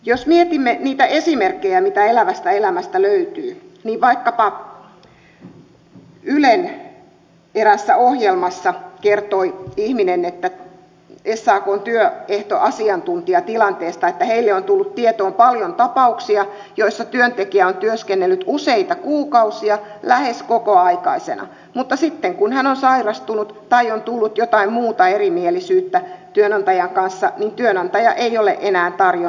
jos mietimme niitä esimerkkejä mitä elävästä elämästä löytyy niin vaikkapa ylen eräässä ohjelmassa kertoi ihminen sakn työehtoasiantuntija tilanteesta että heille on tullut tietoon paljon tapauksia joissa työntekijä on työskennellyt useita kuukausia lähes kokoaikaisena mutta sitten kun hän on sairastunut tai on tullut jotain muuta erimielisyyttä työnantajan kanssa niin työnantaja ei ole enää tarjonnut tunteja